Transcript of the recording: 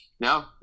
No